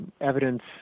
evidence